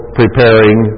preparing